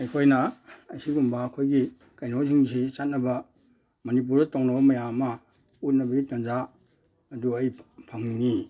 ꯑꯩꯈꯣꯏꯅ ꯑꯁꯤꯒꯨꯝꯕ ꯑꯩꯈꯣꯏꯒꯤ ꯀꯩꯅꯣꯁꯤꯡꯁꯤ ꯆꯠꯅꯕ ꯃꯅꯤꯄꯨꯔꯗ ꯇꯧꯅꯕ ꯃꯌꯥꯝ ꯑꯃ ꯎꯠꯅꯕꯒꯤ ꯇꯥꯟꯖꯥ ꯑꯗꯨ ꯑꯩ ꯐꯪꯅꯤꯡꯉꯤ